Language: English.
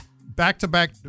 back-to-back